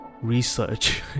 research